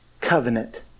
covenant